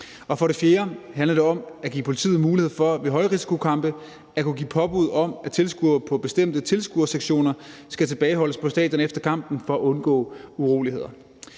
For det fjerde handler det om at give politiet mulighed for ved højrisikokampe at kunne give påbud om, at tilskuere på bestemte tilskuersektioner skal tilbageholdes på stadion efter kampen for at undgå uroligheder.